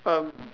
um